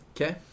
Okay